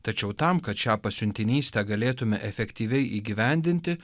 tačiau tam kad šią pasiuntinystę galėtume efektyviai įgyvendinti